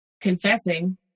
confessing